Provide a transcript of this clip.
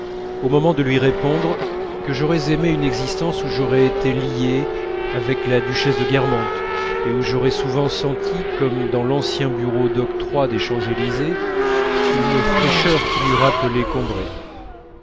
au moment de lui répondre que j'aurais aimé une existence où j'aurais été lié avec la duchesse de guermantes et où j'aurais souvent senti comme dans l'ancien bureau d'octroi des champs-élysées une fraîcheur qui m'eût rappelé